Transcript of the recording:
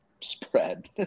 Spread